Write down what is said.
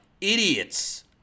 idiots